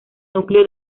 núcleo